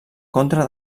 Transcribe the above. contra